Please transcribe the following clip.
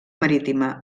marítima